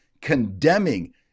condemning